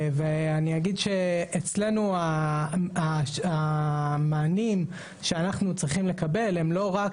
ואני אגיד שאצלנו המענים שאנחנו צריכים לקבל הם לא רק